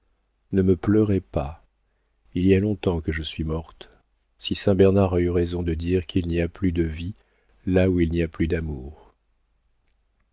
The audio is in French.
ne me pleurez pas il y a longtemps que je suis morte si saint bernard a eu raison de dire qu'il n'y a plus de vie là où il n'y a plus d'amour